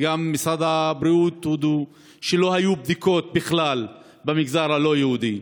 וגם משרד הבריאות הודו, שלא היו בדיקות בכלל במגזר הלא-יהודי.